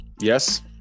Yes